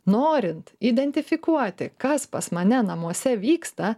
norint identifikuoti kas pas mane namuose vyksta